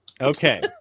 okay